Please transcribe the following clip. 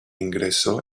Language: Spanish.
ingresó